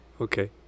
okay